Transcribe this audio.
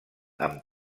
amb